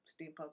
steampunk